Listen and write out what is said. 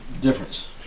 difference